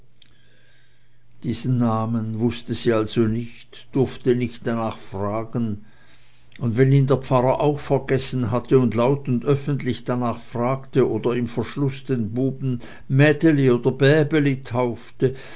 diesen namen wußte sie also nicht durfte nicht darnach fragen und wenn ihn der pfarrer auch vergessen hatte und laut und öffentlich darnach fragte oder im verschuß den buben mädeli oder bäbeli taufte